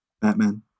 Batman